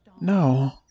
No